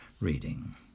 reading